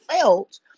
felt